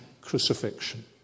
crucifixion